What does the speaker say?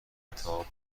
خطاب